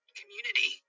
community